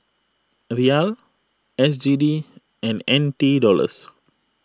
Riyal S G D and N T Dollars